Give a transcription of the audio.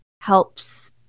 helps